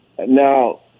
Now